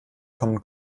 kommen